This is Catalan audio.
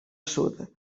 sud